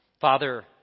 father